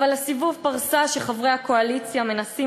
אבל סיבוב הפרסה שחברי הקואליציה מנסים